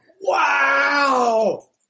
Wow